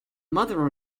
mother